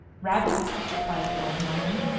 rabbits! replied the old man.